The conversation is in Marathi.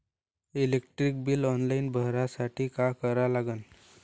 इलेक्ट्रिक बिल ऑनलाईन भरासाठी का करा लागन?